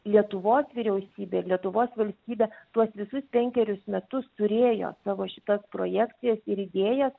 lietuvos vyriausybė lietuvos valstybė tuos visus penkerius metus turėjo savo šitas projekcijas ir idėjas